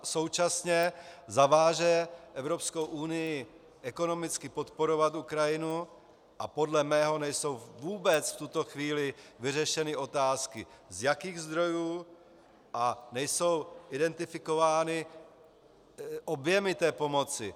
Současně zaváže Evropskou unii ekonomicky podporovat Ukrajinu a podle mého nejsou vůbec v tuto chvíli vyřešeny otázky, z jakých zdrojů, a nejsou identifikovány objemy té pomoci.